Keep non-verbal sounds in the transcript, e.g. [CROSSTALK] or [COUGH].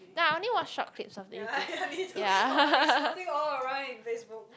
ya I only watch short clips of the this yeah [LAUGHS]